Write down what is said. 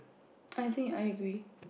I think I agree